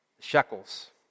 shekels